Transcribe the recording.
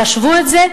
תשוו את זה,